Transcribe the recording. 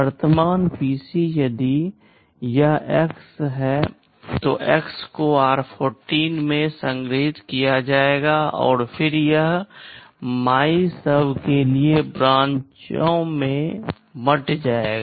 वर्तमान पीसी यदि यह एक्स है तो एक्स को r14 में संग्रहित किया जाएगा और फिर यह MYSUB के लिए ब्रांचओं में बंट जाएगा